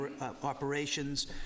operations